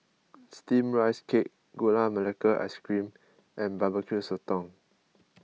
Steamed Rice Cake Gula MelakaIce Cream and B B Q Sotong